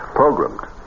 programmed